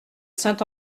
saint